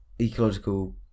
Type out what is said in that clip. ecological